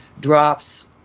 drops